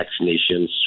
vaccinations